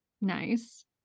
nice